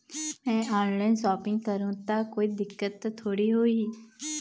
मैं हर online shopping करू ता कोई दिक्कत त थोड़ी होही?